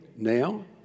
Now